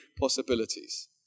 possibilities